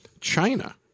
China